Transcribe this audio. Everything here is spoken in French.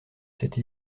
cette